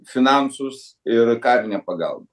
finansus ir karinę pagal